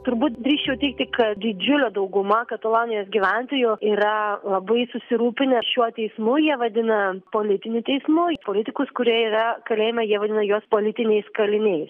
turbūt drįsčiau teigti kad didžiulė dauguma katalonijos gyventojų yra labai susirūpinę šiuo teismu jie vadina politiniu teismui politikus kurie yra kalėjime jie vadina juos politiniais kaliniais